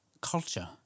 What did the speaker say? culture